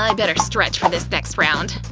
ah better stretch for this next round.